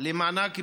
למענק פטירה,